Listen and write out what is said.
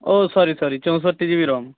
ও sorry sorry চৌষট্টি GB রম